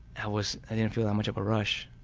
i was, i didn't feel that much of a rush.